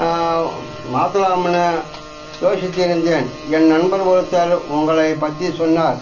மாற்றலாமுன்னு யோசித்து இருந்தேன் என் நண்பர் ஒருத்தர் உங்களை பற்றி சொன்னார்